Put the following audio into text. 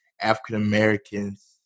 African-Americans